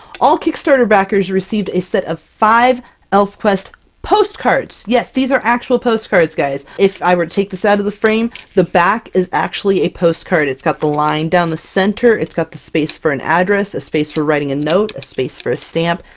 all kickstarter backers received a set of five elfquest postcards! yes these are actual postcards guys! if i were to take this out of the frame, the back is actually a postcard! it's got the line down the center, it's got the space for an address, a space for writing a note, a space for a stamp.